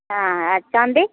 हँ आ चाँदी